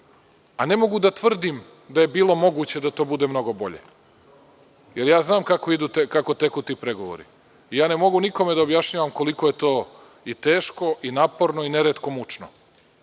a ne mogu da tvrdim da je bilo moguće da to bude mnogo bolje. Znam kako idu ti pregovori i ne mogu nikome da objašnjavam koliko je to teško i naporno i neretko mučno.